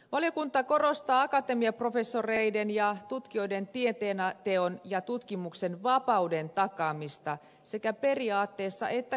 valiokunta korostaa akatemiaprofessoreiden ja tutkijoiden tieteenteon ja tutkimuksen vapauden takaamista sekä periaatteessa että käytännössä